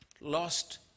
lost